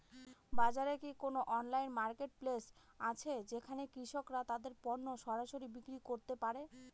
বাজারে কি কোন অনলাইন মার্কেটপ্লেস আছে যেখানে কৃষকরা তাদের পণ্য সরাসরি বিক্রি করতে পারে?